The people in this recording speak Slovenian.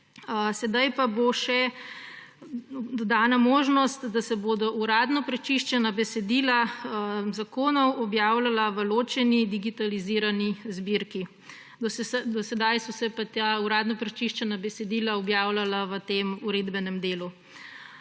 sedaj pa bo še dodana možnost, da se bodo uradno prečiščena besedila zakonov objavljala v ločeni digitalizirani zbirki. Do sedaj pa so se pa ta uradno prečiščena besedila objavljala v tem uredbenem delu.